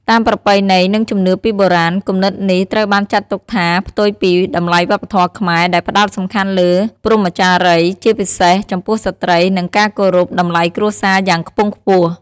តាមប្រពៃណី និងជំនឿពីបុរាណ គំនិតនេះត្រូវបានចាត់ទុកថាផ្ទុយពីតម្លៃវប្បធម៌ខ្មែរ ដែលផ្ដោតសំខាន់លើ ព្រហ្មចារីយ៍ ជាពិសេសចំពោះស្ត្រី និងការគោរព តម្លៃគ្រួសារយ៉ាងខ្ពង់ខ្ពស់។